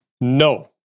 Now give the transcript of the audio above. No